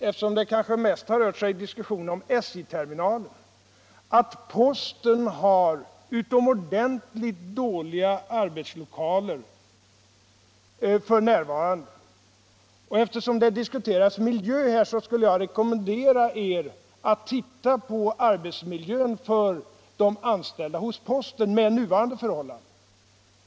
Eftersom diskussionen mest har rört sig om SJ-terminalen vill jag också konstatera att posten f. n. har utomordentligt dåliga arbetslokaler. Eftersom det diskuteras miljö här skulle jag vilja rekommendera er att titta på arbetsmiljön för de anställda hos posten med nuvarande förhållanden.